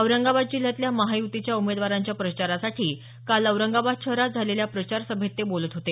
औरंगाबाद जिल्ह्यातल्या महायुतीच्या उमेदवारांच्या प्रचारासाठी काल औरंगाबाद शहरात झालेल्या प्रचार सभेत ते बोलत होते